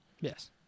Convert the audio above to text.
Yes